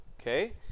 Okay